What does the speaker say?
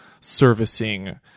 servicing